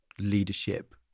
leadership